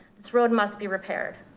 this road must be repaired.